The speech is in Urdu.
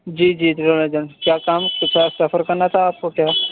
جی جی ٹریول ایجنٹ کیا کام کچھ سفر کرنا تھا آپ کو کیا